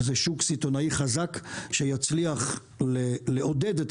זה שוק סיטונאי חזק שיצליח לעודד את